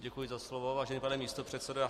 Děkuji za slovo, vážený pane místopředsedo.